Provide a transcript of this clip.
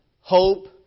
hope